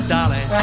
Dolly